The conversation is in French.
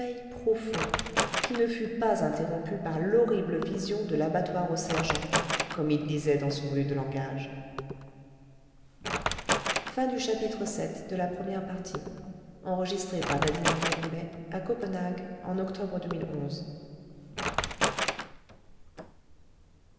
profond qui ne fut pas interrompu par l'horrible vision de l'abattoir aux sergents comme il disait dans son rude langage